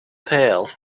tale